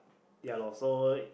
ya lor so